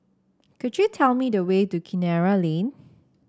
could you tell me the way to Kinara Lane